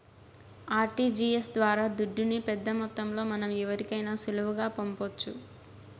RTGS ద్వారా దుడ్డుని పెద్దమొత్తంలో మనం ఎవరికైనా సులువుగా పంపొచ్చు